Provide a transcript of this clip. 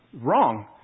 Wrong